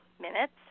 minutes